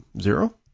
zero